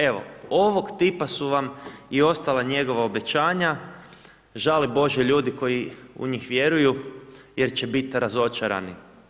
Evo, ovog tipa su vam i ostala njegova obećanja, žali Bože ljudi koji u njih vjeruju jer će bit razočarani.